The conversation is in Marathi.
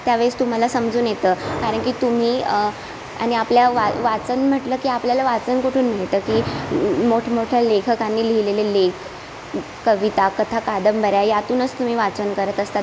त्यावेळेस तुम्हाला समजून येतं कारण की तुम्ही आणि आपल्या वा वाचन म्हटलं की आपल्याला वाचन कुठून भेटतं की मोठमोठ्या लेखकांनी लिहिलेले लेख कविता कथा कादंबऱ्या यातूनच तुम्ही वाचन करत असतात